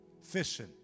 fishing